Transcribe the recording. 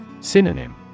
Synonym